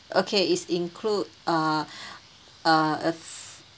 okay is include uh uh